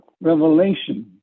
revelation